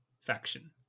faction